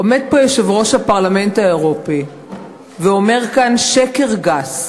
עומד פה יושב-ראש הפרלמנט האירופי ואומר כאן שקר גס,